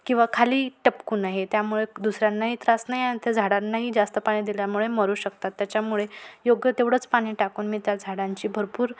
किंवा खाली टपकू नये त्यामुळे दुसऱ्यांनाही त्रास नाही आणि त्या झाडांनाही जास्त पाणी दिल्यामुळे मरू शकतात त्याच्यामुळे योग्य तेवढंच पाणी टाकून मी त्या झाडांची भरपूर